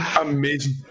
amazing